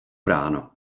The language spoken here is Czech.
ráno